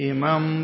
Imam